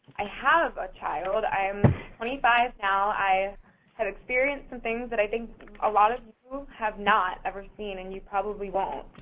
i have a child. i am twenty five now. i have experienced some things that i think a lot of people have not ever seen and you probably won't.